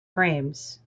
frames